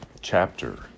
chapter